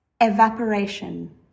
Evaporation